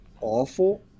awful